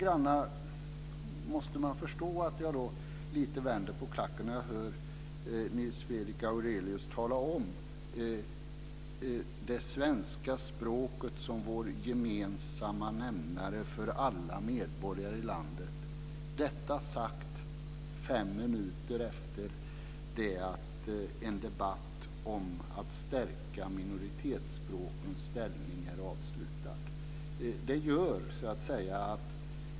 Man måste förstå att jag vänder på klacken när jag hör Nils Fredrik Aurelius tala om det svenska språket som en gemensam nämnare för alla medborgare i landet - detta sagt fem minuter efter det att en debatt om att stärka minoritetsspråkens ställning är avslutad.